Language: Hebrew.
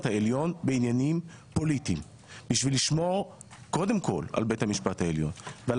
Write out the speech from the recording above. העליון בעניינים פוליטיים כדי לשמור קודם כל על בית המשפט העליון ועל